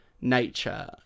nature